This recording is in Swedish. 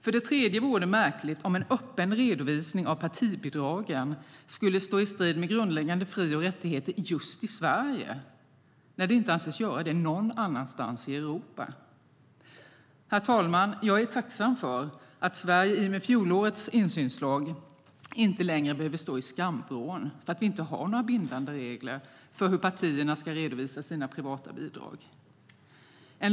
För det tredje vore det märkligt om en öppen redovisning av partibidragen skulle stå i strid med grundläggande fri och rättigheter just i Sverige när det inte anses göra det någon annanstans i Europa. Herr talman! Jag är tacksam för att Sverige i och med fjolårets insynslag inte längre behöver stå i skamvrån för att vi inte har några bindande regler för hur partierna ska redovisa sina privata bidrag.